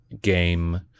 game